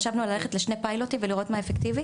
חשבנו ללכת לשני פיילוטים ולראות מה אפקטיבי